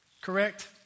correct